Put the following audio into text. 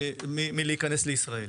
ולהכניס אותם לישראל.